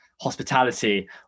Hospitality